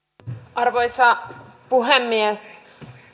arvoisa puhemies